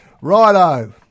Righto